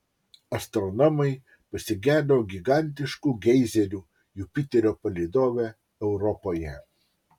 astronomai pasigedo gigantiškų geizerių jupiterio palydove europoje